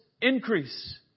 increase